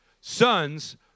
Sons